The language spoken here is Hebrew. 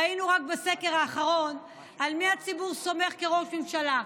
ראינו רק בסקר האחרון על מי הציבור סומך כראש ממשלה: